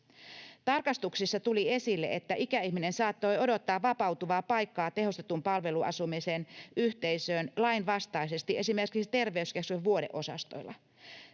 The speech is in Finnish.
Tarkastuksissa tuli esille, että ikäihminen saattoi odottaa vapautuvaa paikkaa tehostetun palveluasumisen yhteisöön lainvastaisesti esimerkiksi terveyskeskuksen vuodeosastoilla